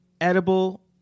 edible